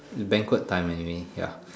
banquet time anyway ya